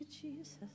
Jesus